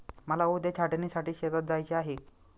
मला उद्या छाटणीसाठी शेतात जायचे आहे